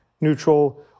neutral